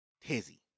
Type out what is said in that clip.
tizzy